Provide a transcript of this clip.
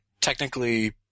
technically